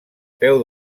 peu